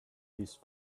these